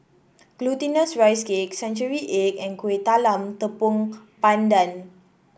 Glutinous Rice Cake Century Egg and Kuih Talam Tepong Pandan